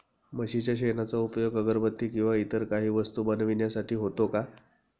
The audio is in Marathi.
म्हशीच्या शेणाचा उपयोग अगरबत्ती किंवा इतर काही वस्तू बनविण्यासाठी होतो का?